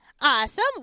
Awesome